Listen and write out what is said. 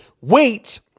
wait